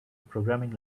programming